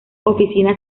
oficinas